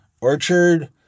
orchard